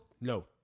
No